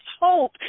hope